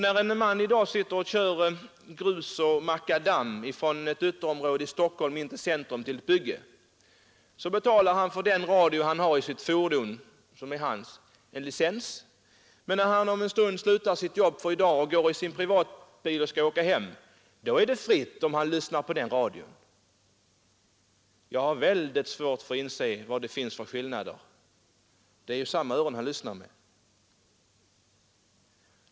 När en man i dag sitter och kör grus och makadam från ett ytterområde i Stockholm in till ett bygge i centrum betalar han för den radio han har i sitt tunga fordon en licens, men när han om en stund slutar sitt jobb för i dag och går till sin privata bil och skall åka hem kostar det honom inget om han lyssnar på radion i den bilen. Jag har mycket svårt för att inse vad det finns för skillnader. Det är samma öron han lyssnar med.